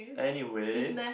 anyway